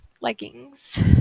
leggings